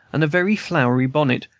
and a very flowery bonnet,